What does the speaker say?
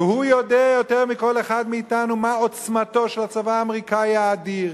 והוא יודע יותר מכל אחד מאתנו מה עוצמתו של הצבא האמריקני האדיר,